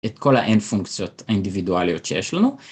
את כל ה-n פונקציות האינדיבידואליות שיש לנו.